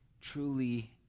truly